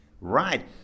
Right